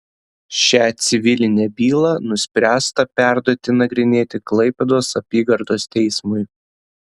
šią civilinę bylą nuspręsta perduoti nagrinėti klaipėdos apygardos teismui